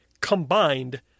combined